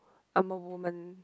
I'm a woman